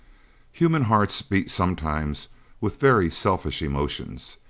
human hearts beat sometimes with very selfish emotions.